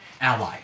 ally